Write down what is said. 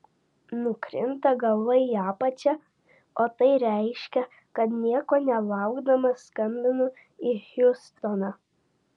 nukrinta galva į apačią o tai reiškia kad nieko nelaukdamas skambinu į hjustoną